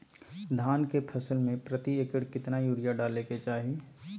धान के फसल में प्रति एकड़ कितना यूरिया डाले के चाहि?